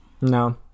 No